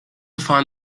find